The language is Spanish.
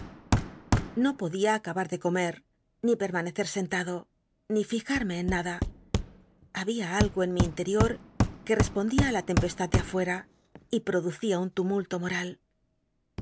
no podía acabar de come ni permanece sentado ni fijarme en nada había algo en mi inlcrior que respondía á la tempestad de afuera y producía un tumulto moral